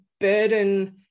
burden